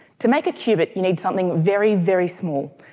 to make a cubit you need something very, very small,